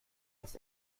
das